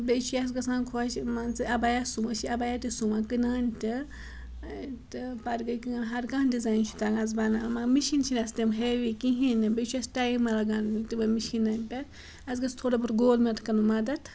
بیٚیہِ چھِ اَسہِ گژھان خۄش مان ژٕ اَبیا سُوُن أسۍ چھِ اَبیا تہِ سُوان کٕنان تہِ تہٕ پَتہٕ گٔے کٲم ہَر کانٛہہ ڈِزایِن چھِ تگان اَسہِ بَنان مِشیٖن چھِنہٕ اَسہِ تِم ہیوی کِہیٖنۍ نہٕ بیٚیہِ چھُ اَسہِ ٹایم لَگان تِمَن مِشیٖنَن پٮ۪ٹھ اَسہِ گٔژھ تھوڑا بہت گورمٮ۪نٛٹ کَن مَدَت